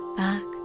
back